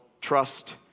Trust